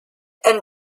and